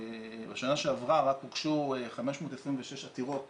בשנה שעברה הוגשו רק 526 עתירות